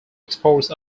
exports